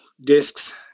discs